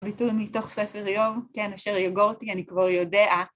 הביטוי מתוך ספר יום, כן, אשר יוגורתי, אני כבר יודע.